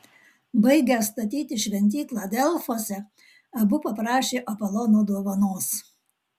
baigę statyti šventyklą delfuose abu paprašė apolono dovanos